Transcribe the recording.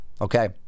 Okay